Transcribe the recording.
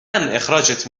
اخراجت